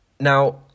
Now